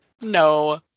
No